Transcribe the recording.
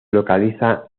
localiza